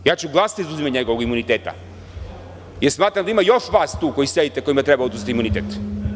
Glasaću za oduzimanje njegovog imuniteta, jer smatram da ima još vas tu koji sede i kojima treba oduzeti imunitet.